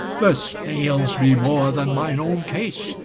this ails me more than mine own case,